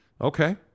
Okay